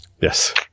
Yes